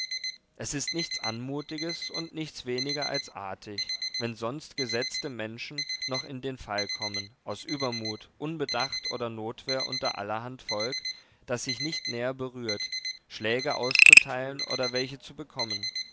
es ist nichts anmutiges und nichts weniger als artig wenn sonst gesetzte menschen noch in den fall kommen aus übermut unbedacht oder notwehr unter allerhand volk das sie nicht näher berührt schläge auszuteilen oder welche zu bekommen